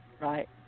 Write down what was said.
right